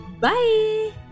Bye